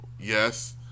Yes